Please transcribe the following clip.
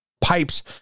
pipes